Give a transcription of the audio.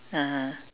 (uh huh)